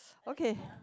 okay